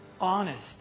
honest